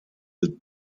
with